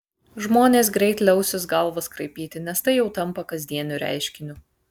žmonės greit liausis galvas kraipyti nes tai jau tampa kasdieniu reiškiniu